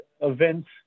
events